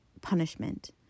punishment